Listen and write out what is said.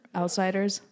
outsiders